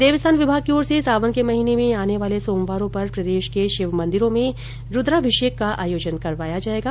देवस्थान विमाग की ओर से सावन के महीने में आने वाले सोमवारों पर प्रदेश के शिव मन्दिरों में रूद्राभिषेक का आयोजन करवाया जाएगा